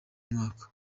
mwaka